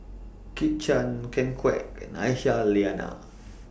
Kit Chan Ken Kwek and Aisyah Lyana